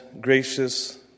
gracious